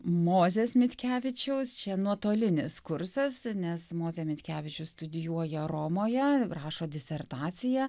mozės mitkevičiaus čia nuotolinis kursas nes mozė mitkevičius studijuoja romoje rašo disertaciją